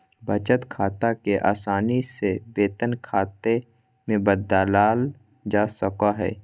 बचत खाते के आसानी से वेतन खाते मे बदलल जा सको हय